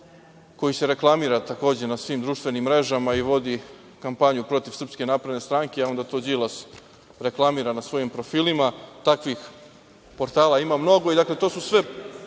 koji se reklamira takođe na svim društvenim mrežama i vodi kampanju protiv SNS, a onda to Đilas reklamira na svojim profilima. Takvih portala ima mnogo. Dakle, to je sve